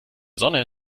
sonne